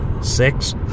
Six